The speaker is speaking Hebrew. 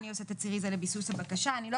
אני עושה תצהירי זה לביסוס הבקשה.